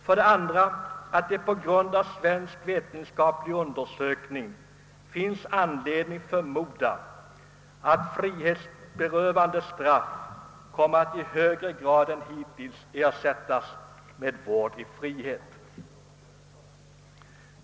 För det andra finns det anledning förmoda — med utgångspunkt från svensk vetenskaplig undersökning — att frihetsberövande straff i högre grad än hittills kommer att ersättas med vård i frihet.